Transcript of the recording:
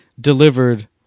delivered